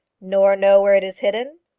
nor know where it is hidden?